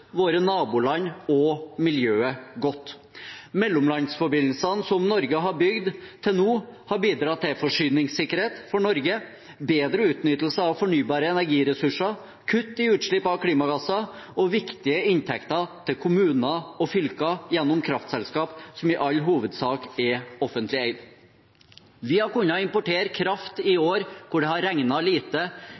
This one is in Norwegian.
våre naboland og miljøet godt. Mellomlandsforbindelsene som Norge har bygd til nå, har bidratt til forsyningssikkerhet for Norge, bedre utnyttelse av fornybare energiressurser, kutt i utslipp av klimagasser og viktige inntekter til kommuner og fylker gjennom kraftselskap som i all hovedsak er offentlig eid. Vi har kunnet importere kraft i år hvor det har regnet lite,